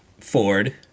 Ford